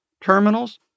terminals